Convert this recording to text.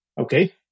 okay